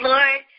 Lord